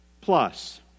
plus